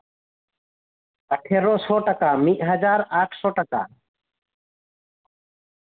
ᱟᱴᱷᱮᱨᱚᱥᱚ ᱪᱟᱠᱟ ᱢᱤᱫ ᱦᱟᱡᱟᱨ ᱟᱴᱥᱚ ᱴᱟᱠᱟ